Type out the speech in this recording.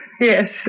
Yes